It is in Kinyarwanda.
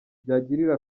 byagirira